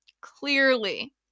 Clearly